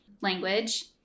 language